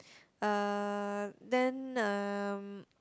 uh then uh